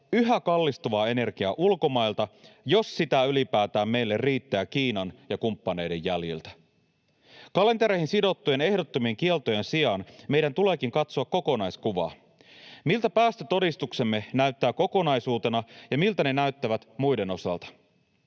yhä kallistuvaa energiaa ulkomailta, jos sitä ylipäätään meille riittää Kiinan ja kumppaneiden jäljiltä. Kalentereihin sidottujen ehdottomien kieltojen sijaan meidän tuleekin katsoa kokonaiskuvaa: miltä päästötodistuksemme näyttää kokonaisuutena, ja miltä ne näyttävät muiden osalta?